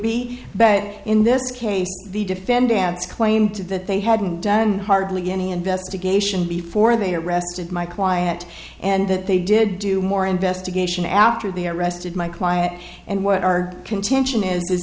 be but in this case the defendants claim to that they hadn't done hardly any investigation before they arrested my client and that they did do more investigation after they arrested my client and what our contention is